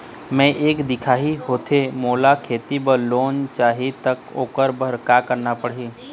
मैं एक दिखाही होथे मोला खेती बर लोन चाही त ओकर बर का का करना पड़ही?